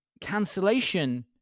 cancellation